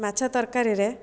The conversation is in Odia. ମାଛ ତରକାରୀରେ